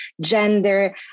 gender